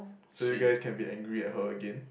so you guys can be angry at her again